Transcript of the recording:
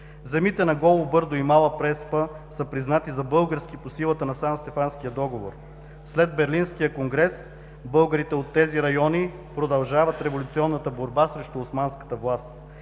Земите на Голо бърдо и Мала Преспа са признати за български, по силата на Санстефанския договор. След Берлинския конгрес българите от тези райони продължават революционната борба срещу османската власт.